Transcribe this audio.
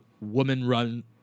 woman-run